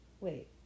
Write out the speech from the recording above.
wait